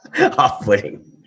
Off-putting